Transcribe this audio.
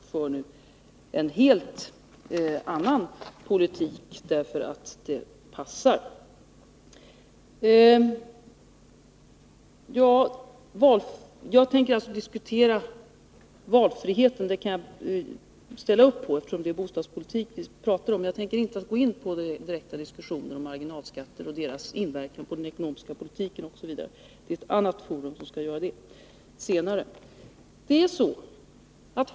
Nu för man en helt annan politik, därför att det passar bättre. Jag ställer upp på en diskussion om valfriheten när det gäller boendet, eftersom vi talar om bostadspolitik. Men jag tänker inte gå in i några direkta diskussioner om marginalskatterna och deras inverkan på den ekonomiska politiken osv. Det skall ske senare i ett annat forum.